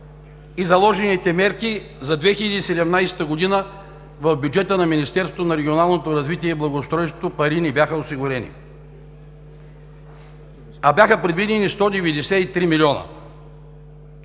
и заложените мерки за 2017 г. в бюджета на Министерството на регионалното развитие и благоустройството пари не бяха осигурени, а бяха предвидени 193 млн.